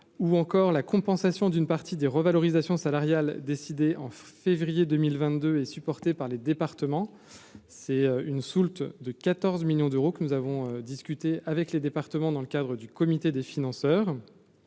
ou encore la compensation d'une partie des revalorisations salariales décidées en février 2000 22 et supporté par les départements, c'est une soulte de 14 millions d'euros que nous avons discuté avec les départements dans le cadre du comité des financeurs,